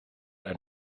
ein